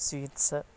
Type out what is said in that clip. sweets